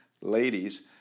ladies